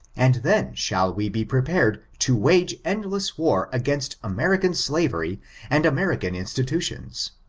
and then shall we be prepared to wage endless war against american slavery and american institutions.